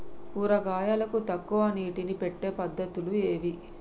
కూరగాయలకు తక్కువ నీటిని పెట్టే పద్దతులు ఏవి?